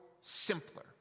simpler